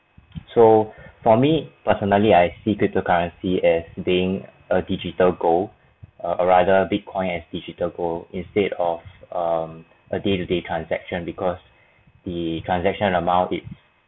so for me personally I see cryptocurrency as being a digital goal or rather bitcoin as digital goal instead of um a day to day transaction because the transaction amount its